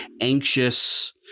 anxious